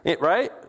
Right